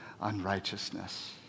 unrighteousness